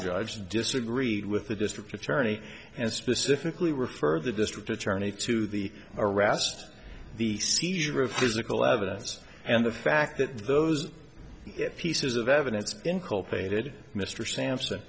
judge disagreed with the district attorney and specifically refer the district attorney to the arrest the seizure of physical evidence and the fact that those pieces of evidence been cultivated mr sampson